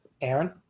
Aaron